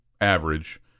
average